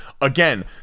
again